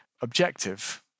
objective